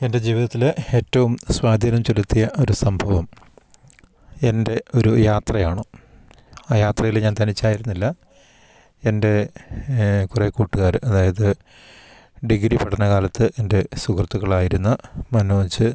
എൻ്റെ ജീവിതത്തിൽ ഏറ്റവും സ്വാധീനം ചെലുത്തിയ ഒരു സംഭവം എൻ്റെ ഒരു യാത്രയാണ് ആ യാത്രയിൽ ഞാൻ തനിച്ചായിരുന്നില്ല എൻ്റെ കുറേ കൂട്ടുകാർ അതായത് ഡിഗ്രി പഠന കാലത്ത് എൻ്റെ സുഹൃത്തുക്കളായിരുന്ന മനോജ്